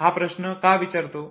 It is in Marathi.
हा प्रश्न का विचारतो